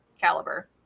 caliber